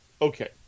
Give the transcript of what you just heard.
Okay